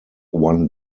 one